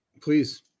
please